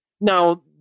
Now